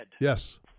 Yes